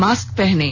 mask पहनें